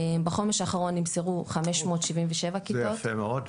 בחומש האחרון נמסרו 577 כיתות.